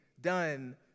done